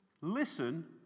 Listen